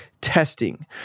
testing